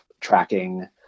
tracking